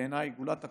בעיניי, גולת הכותרת,